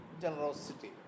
generosity